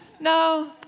No